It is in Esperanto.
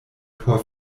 por